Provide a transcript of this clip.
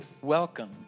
Welcome